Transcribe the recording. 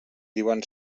diuen